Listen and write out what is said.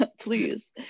please